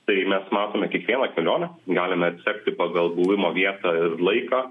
tai mes matome kiekvieną kelionę galime atsekti pagal buvimo vietą ir laiką